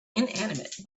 inanimate